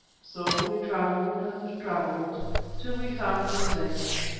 so we travelled and travelled till we found this place,